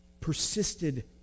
Persisted